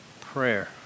prayer